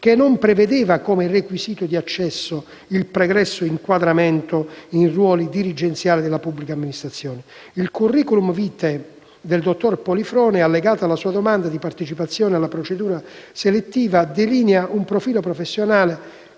che non prevedeva come requisito di accesso il pregresso inquadramento in ruoli dirigenziali della pubblica amministrazione. Il *curriculum vitae* del dottor Polifrone, allegato alla sua domanda di partecipazione alla procedura selettiva, delinea un profilo professionale